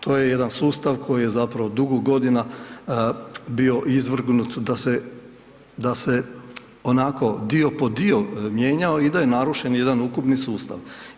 To je jedan sustav koji je zapravo dugo godina bio izvrgnut da se onako dio po dio mijenjao i da je narušen jedan ukupni sustav.